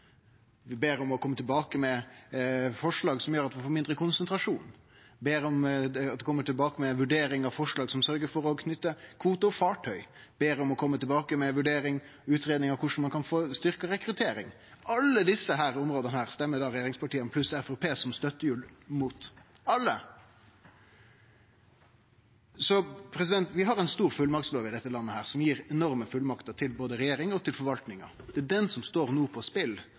Vi ber om at ein kjem tilbake med forslag som gjer at vi får mindre konsentrasjon, vi ber om at ein kjem tilbake med ei vurdering av forslag som sørgjer for å knyte saman kvote og fartøy, vi ber om at ein kjem tilbake med ei vurdering, utgreiing, av korleis ein kan få styrkt rekrutteringa. Alle desse forslaga stemmer regjeringspartia, pluss Framstegspartiet som støttehjul, imot – alle. Vi har ein stor fullmaktslov i dette landet som gir enorme fullmakter både til regjeringa og til forvaltninga. Det er det som no står på spel,